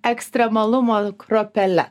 ekstremalumo kruopele